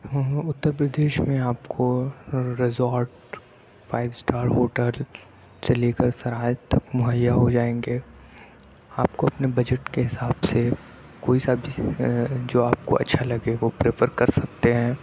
ہاں ہاں اتّر پردیش میں آپ کو ریزارٹ فائیو اسٹار ہوٹل سے لے کر سرائے تک مہیّا ہو جائیں گے آپ کو اپنے بجٹ کے حساب سے کوئی سا آپ جس جو آپ کو اچھا لگے وہ پریفر کر سکتے ہیں